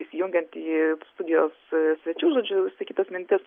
įsijungiant į studijos svečių žodžiu išsakytas mintis